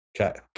Okay